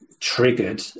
triggered